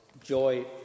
joy